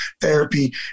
therapy